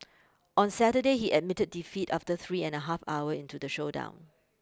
on Saturday he admitted defeat after three and a half hour into the showdown